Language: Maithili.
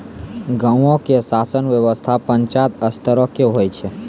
गांवो के शासन व्यवस्था पंचायत स्तरो के होय छै